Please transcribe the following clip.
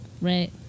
right